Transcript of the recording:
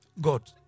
God